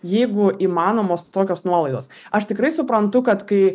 jeigu įmanomos tokios nuolaidos aš tikrai suprantu kad kai